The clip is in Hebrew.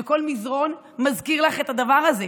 כל מזרן מזכיר לך את הדבר הזה,